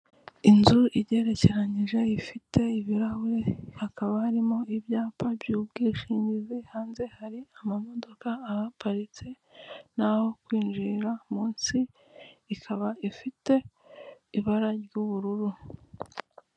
Inzu igerekeranyije, ifite ibirahure, hakaba harimo ibyapa by'ubwishingizi, hanze hari amamodoka ahaparitse n'aho kwinjirira munsi, ikaba ifite ibara ry'ubururu.